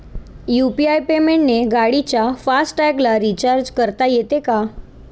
UPI पेमेंटने गाडीच्या fast टॅगला रिर्चाज करता येते का?